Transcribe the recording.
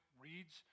reads